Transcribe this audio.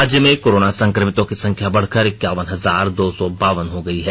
राज्य में कोरोना संक्रमितों की संख्या बढ़कर एक्यावन हजार दो सौ बावन हो गई है